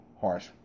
harsh